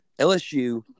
LSU